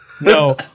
No